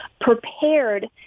prepared